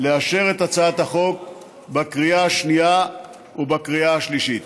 לאשר את הצעת החוק בקריאה השנייה ובקריאה השלישית.